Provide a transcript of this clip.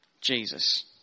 jesus